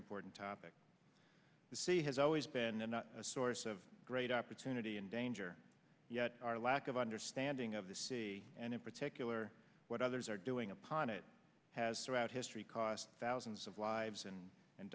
important topic the sea has always been a not a source of great opportunity and danger yet our lack of understanding of the sea and in particular what others are doing upon it has throughout history cost thousands of lives and and